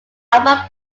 album